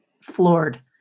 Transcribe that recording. floored